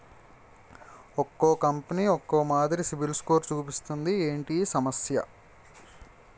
ఒక్కో కంపెనీ ఒక్కో మాదిరి సిబిల్ స్కోర్ చూపిస్తుంది ఏంటి ఈ సమస్య?